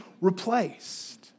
replaced